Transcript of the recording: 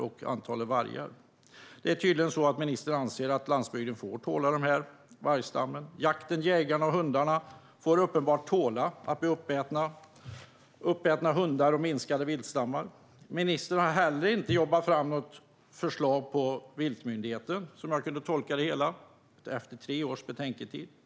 Ministern anser tydligen att landsbygden får tåla denna vargstam. Jägarna får uppenbarligen tåla att viltstammarna minskar och att de får sina hundar uppätna. Ministern har inte jobbat fram något förslag om en viltmyndighet, som jag kunde tolka det som han sa, efter tre års betänketid.